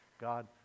God